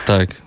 Tak